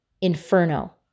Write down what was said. inferno